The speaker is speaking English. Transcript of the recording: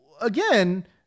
again